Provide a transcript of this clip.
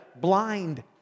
blind